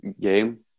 game